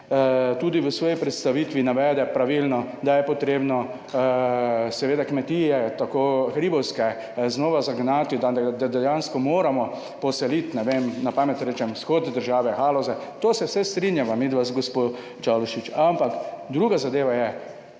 tudi v svoji predstavitvi, navede pravilno, da je potrebno seveda kmetije, tako hribovske znova zagnati, da dejansko moramo poseliti, ne vem, na pamet rečem, vzhod države, Haloze. To se vse strinjava midva z gospo Čalušić, ampak, druga zadeva je,